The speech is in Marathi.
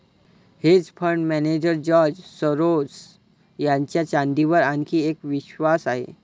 hedge fund manager George Soros यांचा चांदीवर आणखी एक विश्वास आहे